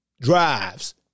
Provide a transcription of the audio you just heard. drives